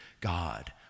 God